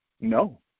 No